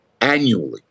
annually